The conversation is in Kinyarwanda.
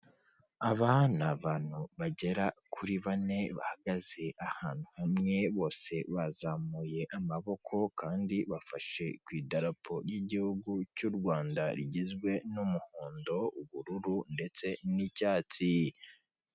Aba ni abantu bagera kuri bane bahagaze ahantu hamwe bose bazamuye amaboko kandi bafashe ku idarapo y'igihugu cy'u Rwanda rigizwe n'umuhondo, ubururu ndetse n'icyatsi.